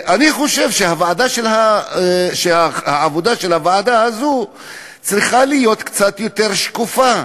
אני חושב שהעבודה של הוועדה הזאת צריכה להיות קצת יותר שקופה,